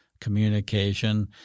communication